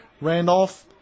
Randolph